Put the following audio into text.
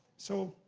so,